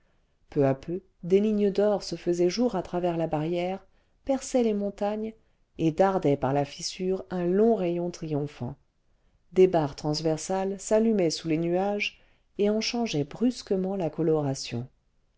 peu à peu des lignes d'or se faisaient jour à travers la barrière perçaient les montagnes et dardaient par la fissure un long rayon triomphant des barres transversales s'allumaient sous les nuages et en changeaient brusquement la coloration